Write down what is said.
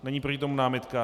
Není proti tomu námitka?